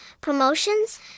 promotions